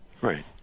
Right